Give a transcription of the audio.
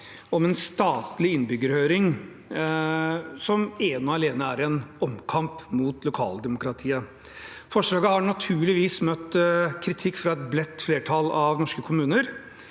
om en statlig innbyggerhøring, som ene og alene er en omkamp mot lokaldemokratiet. Forsøket har naturligvis møtt kritikk fra et bredt flertall av norske kommuner.